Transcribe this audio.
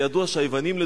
ידוע שהיוונים,